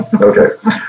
Okay